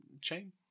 chain